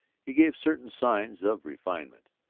he gave certain signs of refinement.